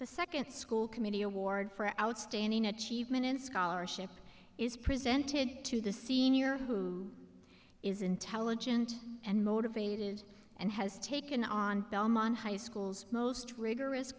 the second school committee award for outstanding achievement in scholarship is presented to the senior who is intelligent and motivated and has taken on belmont high school's most rigorous